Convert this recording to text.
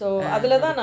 !aiyo!